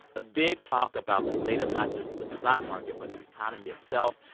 a big talk about the state of not just the stock market but the economy itself.